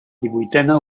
divuitena